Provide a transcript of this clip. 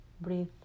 breathe